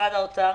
במשרד האוצר,